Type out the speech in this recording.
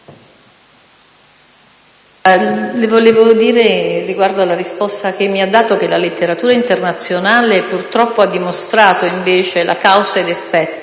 le vorrei dire, riguardo alla risposta che mi ha dato, che la letteratura internazionale purtroppo ha dimostrato invece l'esistenza